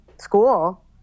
school